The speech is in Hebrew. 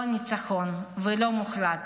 לא ניצחון ולא מוחלט.